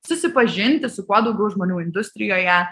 susipažinti su kuo daugiau žmonių industrijoje